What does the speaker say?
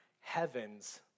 heavens